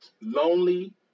lonely